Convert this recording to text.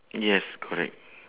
yes correct